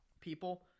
people